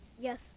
yes